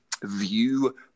view